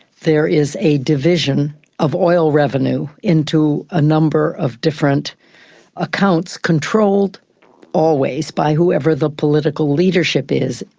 there is a division of oil revenue into a number of different accounts, controlled always by whoever the political leadership is.